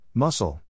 Muscle